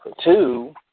two